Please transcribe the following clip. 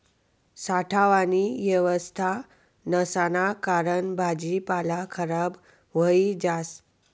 साठावानी येवस्था नसाना कारण भाजीपाला खराब व्हयी जास